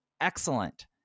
excellent